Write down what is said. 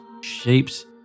shapes